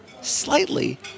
slightly